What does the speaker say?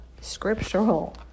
scriptural